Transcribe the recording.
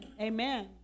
Amen